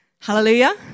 Hallelujah